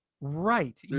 Right